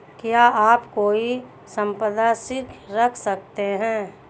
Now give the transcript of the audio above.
क्या आप कोई संपार्श्विक रख सकते हैं?